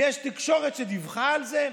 יש תקשורת שדיווחה על זה?